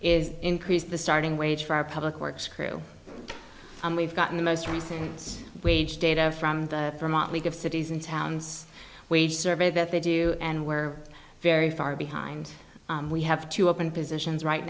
is increase the starting wage for our public works crew and we've gotten the most recent wage data from the vermont league of cities and towns wage survey that they do and we're very far behind we have to open positions right